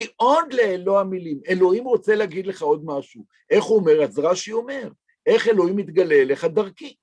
עוד לאלוה המילים, אלוהים רוצה להגיד לך עוד משהו. איך הוא אומר, אז רש"י אומר, איך אלוהים מתגלה אליך? דרכי.